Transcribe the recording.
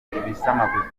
ibisamagwe